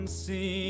see